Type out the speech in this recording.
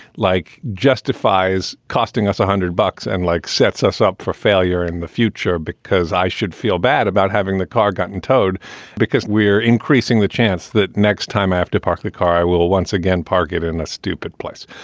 like, justifies costing us one hundred bucks and like sets us up for failure in the future because i should feel bad about having the car gotten towed because we're increasing the chance that next time i have to park the car, i will once again park it in a stupid place.